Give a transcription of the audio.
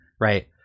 Right